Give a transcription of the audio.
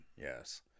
yes